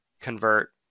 convert